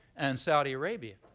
and saudi arabia,